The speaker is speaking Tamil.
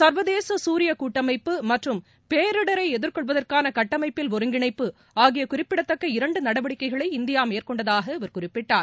சா்வதேச சூரிய கூட்டமைப்பு மற்றும் பேரிடரை எதிர்கொள்வதற்கான கட்டமைப்பில் ஒருங்கிணைப்பு ஆகிய குறிப்பிடத்தக்க இரண்டு நடவடிக்கைகளை இந்தியா மேற்கொண்டதாக அவர் குறிப்பிட்டார்